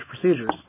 procedures